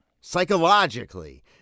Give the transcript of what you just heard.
psychologically